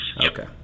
Okay